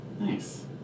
Nice